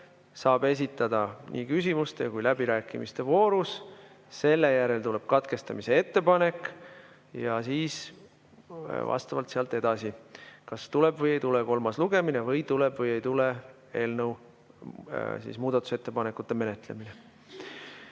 saab esitada nii küsimuste kaudu kui ka läbirääkimiste voorus. Selle järel tuleb katkestamise ettepanek. Sealt edasi kas tuleb või ei tule kolmas lugemine või tuleb või ei tule eelnõu muudatusettepanekute menetlemine.